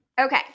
Okay